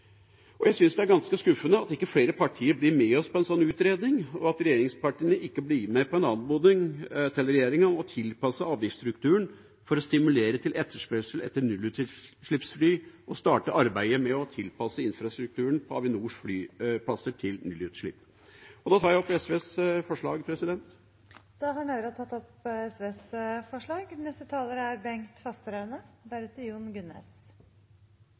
ganske skuffende at ikke flere partier blir med oss på en slik utredning, og at regjeringspartiene ikke blir med på en anmodning til regjeringa om å tilpasse avgiftsstrukturen for å stimulere til etterspørsel etter nullutslippsfly og starte arbeidet med å tilpasse infrastrukturen på Avinors flyplasser til nullutslipp. Jeg tar opp SVs forslag. Representanten Arne Nævra har tatt